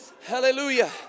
Hallelujah